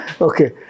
okay